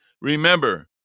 Remember